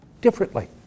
differently